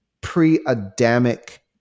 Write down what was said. pre-Adamic